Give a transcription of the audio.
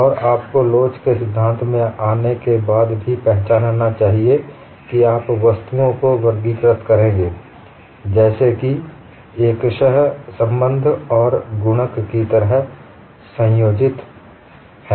और आपको लोच के सिद्धांत में आने के बाद भी पहचानना चाहिए कि आप वस्तुओं को वृगीकृत करेंगे जैसे कि एकश संबंद्ध और गुणक की तरह संयोजित है